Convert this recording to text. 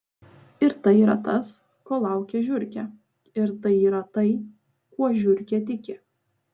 ir tai yra tas ko laukia žiurkė ir tai yra tai kuo žiurkė tiki